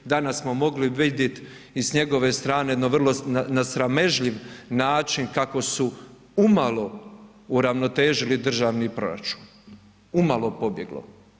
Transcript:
Danas smo mogli vidjet i s njegove strane na vrlo sramežljiv način kako su malo uravnotežili državni proračun, umalo pobjeglo.